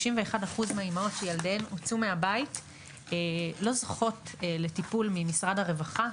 91% מהאימהות שילדיהן הוצאו מהבית לא זוכות לטיפול ממשרד הרווחה.